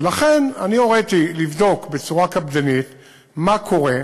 ולכן אני הוריתי לבדוק בצורה קפדנית מה קורה,